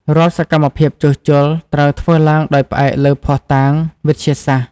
រាល់សកម្មភាពជួសជុល ត្រូវធ្វើឡើងដោយផ្អែកលើភស្តុតាងវិទ្យាសាស្ត្រ។